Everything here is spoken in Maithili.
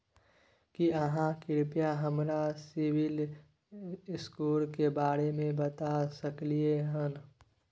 की आहाँ कृपया हमरा सिबिल स्कोर के बारे में बता सकलियै हन?